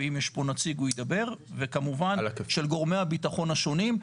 ואם יש פה נציג הוא ידבר וכמובן של גורמי הביטחון השונים,